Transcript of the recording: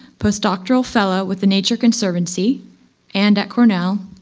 postdoctoral fellow with the nature conservancy and at cornell.